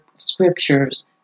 Scriptures